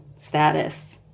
status